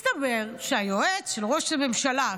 מסתבר שהיועץ של ראש הממשלה,